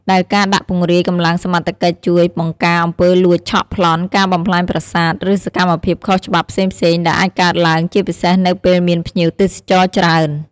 ដែលការដាក់ពង្រាយកម្លាំងសមត្ថកិច្ចជួយ បង្ការអំពើលួច ឆក់ ប្លន់ ការបំផ្លាញប្រាសាទ ឬសកម្មភាពខុសច្បាប់ផ្សេងៗ ដែលអាចកើតឡើង ជាពិសេសនៅពេលមានភ្ញៀវទេសចរណ៍ច្រើន។